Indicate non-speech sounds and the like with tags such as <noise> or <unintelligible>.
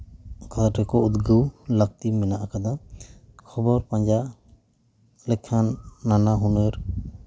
<unintelligible> ᱩᱫᱽᱜᱟᱹᱣ ᱞᱟᱹᱠᱛᱤ ᱢᱮᱱᱟᱜ ᱟᱠᱟᱫᱟ ᱠᱷᱚᱵᱚᱨ ᱯᱟᱸᱡᱟ ᱞᱮᱠᱷᱟᱱ ᱱᱟᱱᱟ ᱦᱩᱱᱟᱹᱨ